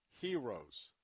heroes